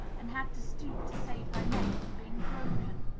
and had to stoop to save her neck from being broken.